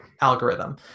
algorithm